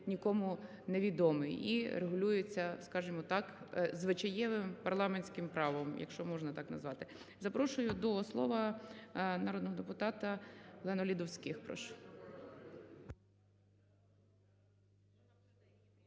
нікому не відомий і регулюється, скажемо так, звичаєвим парламентським правом, якщо можна так назвати. Запрошую до слова народного депутата Олену Ледовських.